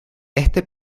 este